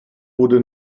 wurde